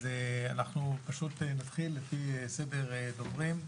אז אנחנו פשוט נתחיל לפי סדר הדוברים.